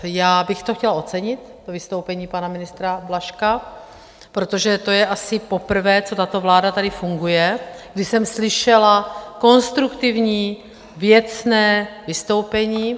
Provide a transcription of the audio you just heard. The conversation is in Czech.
Já bych chtěla ocenit to vystoupení pana ministra Blažka, protože to je asi poprvé, co tato vláda tady funguje, kdy jsem slyšela konstruktivní, věcné vystoupení.